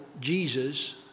Jesus